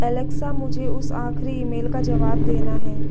Alexa मुझे उस आख़री ईमेल का जवाब देना है